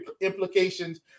implications –